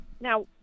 Now